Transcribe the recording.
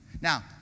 Now